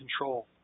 control